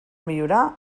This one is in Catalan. millorar